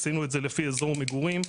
עשינו את זה לפי אזור מגורים,